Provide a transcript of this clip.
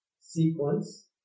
Sequence